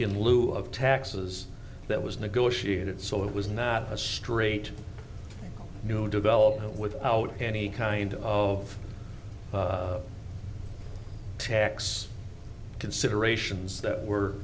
in lieu of taxes that was negotiated so it was not a straight new development with out any kind of tax considerations that